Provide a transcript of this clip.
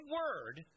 word